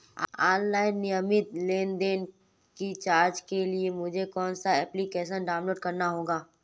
Online नियमित लेनदेन की जांच के लिए मुझे कौनसा एप्लिकेशन डाउनलोड करना होगा?